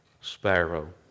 sparrow